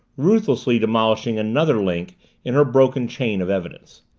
ruthlessly demolishing another link in her broken chain of evidence,